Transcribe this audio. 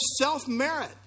self-merit